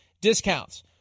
discounts